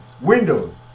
windows